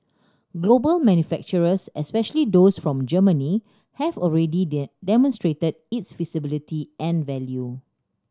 global manufacturers especially those from Germany have already demonstrated its feasibility and value